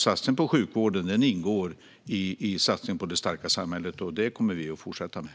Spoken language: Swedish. Satsningen på sjukvården ingår i satsningen på det starka samhället. Detta kommer vi att fortsätta med.